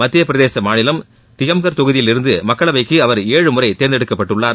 மத்தியப் பிரதேச மாநிலம் திகம்கார் தொகுதியில் இருந்து மக்களவைக்கு அவர் ஏழு முறை தேர்ந்தெடுக்கப்பட்டுள்ளார்